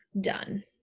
done